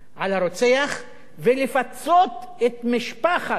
על הרוצח ולפצות את משפחת